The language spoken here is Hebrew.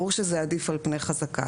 ברור שזה עדיף על פני חזקה.